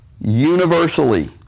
universally